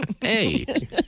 Hey